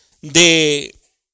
de